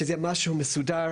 שזה משהו מסודר,